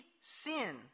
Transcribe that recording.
sin